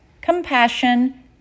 compassion